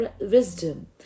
wisdom